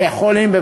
וגם חולים.